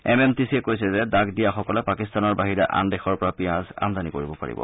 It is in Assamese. এম এম টি চিয়ে কৈছে যে ডাক দিয়াসকলে পাকিস্তানৰ বাহিৰে আন দেশৰ পৰা পিয়াজ আমদানি কৰিব পাৰিব